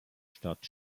stadt